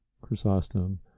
Chrysostom